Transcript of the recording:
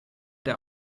der